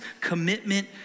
commitment